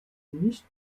nicht